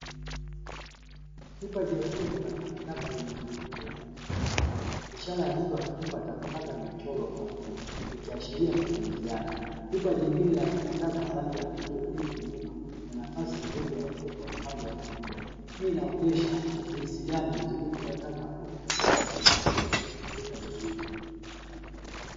Pipa jekundu la takataka lenye magurudumu na kifuniko ishara ya mtu akitupa takataka imechorwa ubavuni ikiashiria matumizi yake, pipa jingine la takataka la rangi ya kijivu lipo nyuma na nafasi nyeupe ya ukuta upande wa kulia hii inaonyesha jinsi gani udhibiti wa taka unatakiwa kuzingatiwa katika jamii.